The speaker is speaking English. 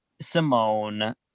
simone